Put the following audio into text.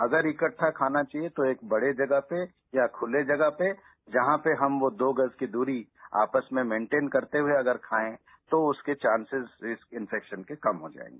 अगर इकट्ठा खाना चाहिए तो एक बड़े जगह पे या खुली जगह पे जहां पे हम दो गज की दूरी आपस में मेंटेन करते हुए अगर खाएं तो उसके चांसेज डिसइन्फेक्शन के कम होते हैं